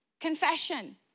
confession